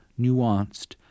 nuanced